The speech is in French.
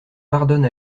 pardonne